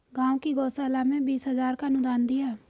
गांव की गौशाला में बीस हजार का अनुदान दिया